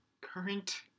Current